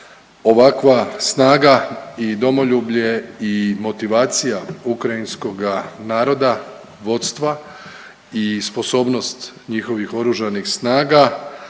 ovakva snaga i domoljublje i motivacija ukrajinskoga naroda, vodstva i sposobnost njihovih Oružanih snaga